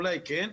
אולי כן,